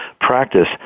practice